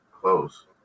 Close